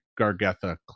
Gargatha